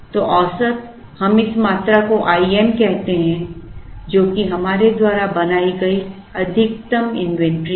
तो औसत हम इस मात्रा को Im कहते हैं जो कि हमारे द्वारा बनाई गई अधिकतम इन्वेंट्री है